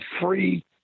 free